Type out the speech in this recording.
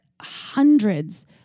hundreds